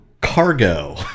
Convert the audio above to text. Cargo